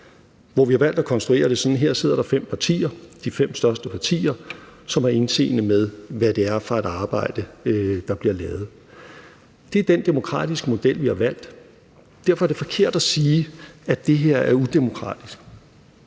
hvor vi har valgt at konstruere det sådan, at der her sidder fem partier – de fem største partier – som har indseende med, hvad det er for et arbejde, der bliver lavet. Det er den demokratiske model, som vi har valgt. Derfor er det forkert at sige, at det her er udemokratisk.